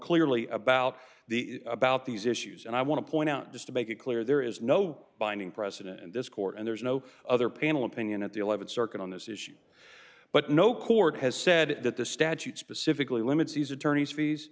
clearly about the about these issues and i want to point out just to make it clear there is no binding precedent in this court and there's no other panel opinion at the th circuit on this issue but no court has said that the statute specifically limits these attorneys fees